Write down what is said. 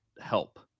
help